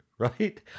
Right